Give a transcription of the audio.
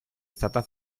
stata